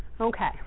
Okay